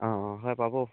অঁ অঁ হয় পাব